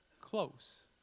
close